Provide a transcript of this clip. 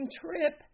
trip